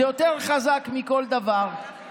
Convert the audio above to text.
זה יותר חזק מכל דבר,